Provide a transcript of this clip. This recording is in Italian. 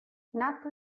nato